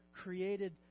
created